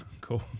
cool